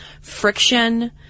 friction